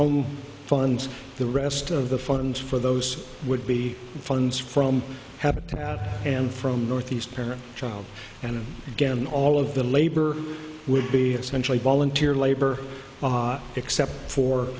home fund the rest of the funds for those would be funds from habitat and from north east parent child and again all of the labor would be essentially volunteer labor except for